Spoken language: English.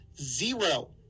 zero